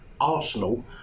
arsenal